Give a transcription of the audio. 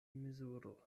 mezuro